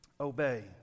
obey